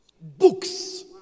Books